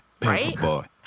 Paperboy